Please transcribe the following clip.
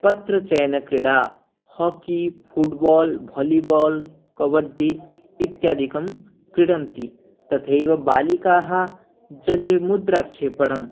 पत्रचयनक्रीडा hockey football volleyball kabaddi इत्यादिकं क्रीडन्ति तथैव बालिकाः जले मुद्राक्षेपणम्